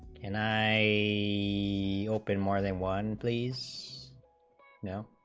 and i mean e open more than one please you know